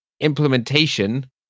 implementation